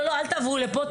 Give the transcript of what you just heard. אל תעברו מפה,